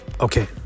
Okay